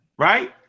Right